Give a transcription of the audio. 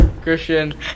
Christian